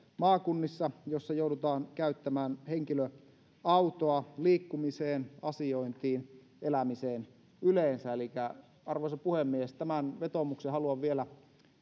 maakunnissa joissa joudutaan käyttämään henkilöautoa liikkumiseen asiointiin elämiseen yleensä elikkä arvoisa puhemies tämän vetoomuksen haluan vielä